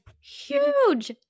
huge